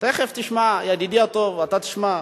תיכף תשמע, ידידי הטוב, אתה תשמע.